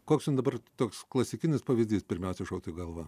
koks jum dabar toks klasikinis pavyzdys pirmiausia šautų į galvą